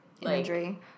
imagery